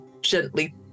gently